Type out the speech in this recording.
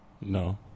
No